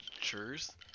Cheers